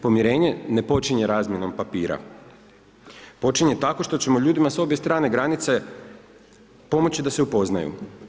Pomirenje ne počinje razmjenom papira, počinje tako što ćemo ljudima s obje strane granice pomoći da se upoznaju.